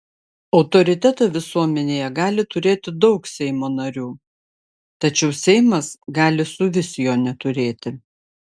autoritetą visuomenėje gali turėti daug seimo narių tačiau seimas gali suvis jo neturėti